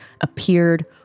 appeared